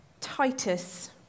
Titus